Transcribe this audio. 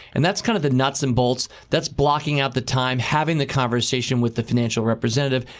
and that's kind of the nuts and bolts. that's blocking out the time. having the conversation with the financial representative.